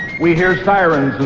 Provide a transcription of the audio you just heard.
we hear sirens